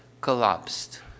collapsed